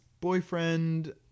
boyfriend